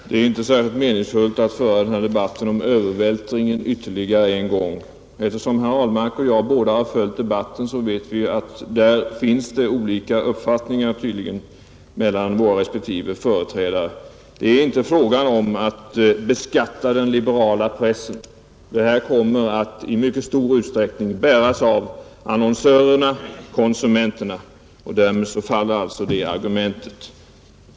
Herr talman! Det är inte särskilt meningsfullt att föra debatten om övervältringen ytterligare en gång. Eftersom både herr Ahlmark och jag följt debatten vet vi att det här finns olika uppfattningar. Det är inte fråga om att beskatta den liberala pressen. Utgifterna kommer i mycket stor utsträckning att bäras av annonsörerna-konsumenterna, och därmed faller det argumentet.